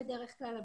בדרך כלל של ההורים,